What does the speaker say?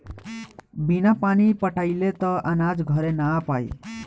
बिना पानी पटाइले त अनाज घरे ना आ पाई